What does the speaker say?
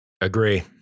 Agree